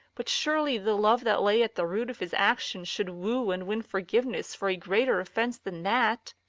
but surely the love that lay at the root of his action should woo and win forgiveness for a greater offence than that